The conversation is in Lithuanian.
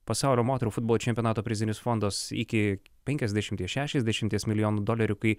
pasaulio moterų futbolo čempionato prizinis fondas iki penkiasdešimties šešiasdešimties milijonų dolerių kai